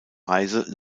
reise